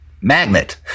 magnet